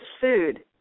food